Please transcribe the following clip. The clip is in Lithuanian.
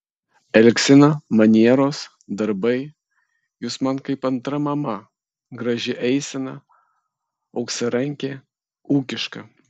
elgsena manieros darbai jūs man kaip antra mama graži eisena auksarankė ūkiška